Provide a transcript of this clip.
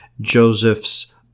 Joseph's